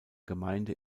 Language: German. gemeinde